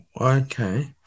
okay